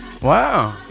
Wow